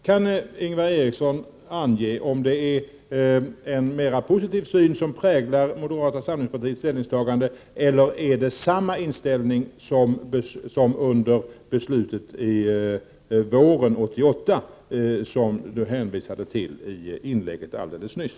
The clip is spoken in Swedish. Kan Ingvar Eriksson ange om det är en mer positiv syn som präglar moderata samlingspartiets ställningstagande nu eller om man har samma inställning som man hade i våras när riksdagen fattade det beslut som han hänvisade till i inlägget alldeles nyss?